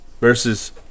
versus